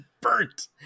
burnt